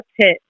pit